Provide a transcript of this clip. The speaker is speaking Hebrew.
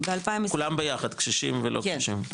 --- כולם ביחד, קשישים ולא קשישים?